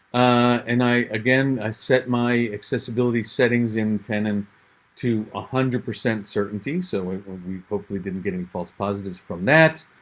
and i again, i set my accessibility settings in ten and to one ah hundred percent certainty so we hopefully didn't get any false positives from that.